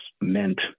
meant